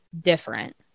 different